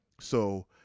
So-